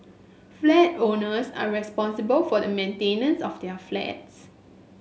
flat owners are responsible for the maintenance of their flats